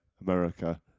America